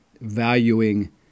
valuing